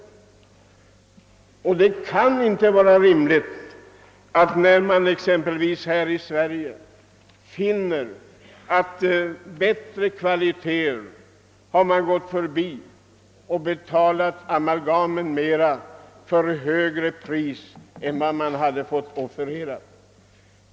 Det kan inte vara rimligt att man som skett i Sverige för ett visst amalgam betalat ett högre pris än man enligt erhållna offerter hade behövt ge för motsvarande produkt, om man följt dem.